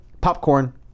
popcorn